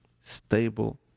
stable